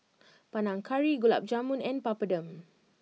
Panang Curry Gulab Jamun and Papadum